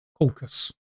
caucus